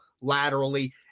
laterally